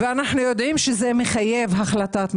ואנו יודעים שזה מחייב החלטת ממשלה.